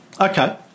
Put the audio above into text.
Okay